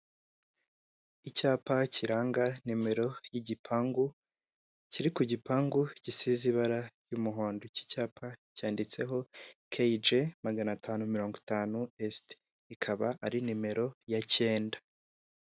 Icyapa kiranga nimero y'igipangu kiri ku gipangu gisize ibara ry'umuhondo cy'icyapa cyanditseho KG magana atanu mirongo itanu est ikaba ari nimero ya cyenda.